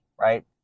right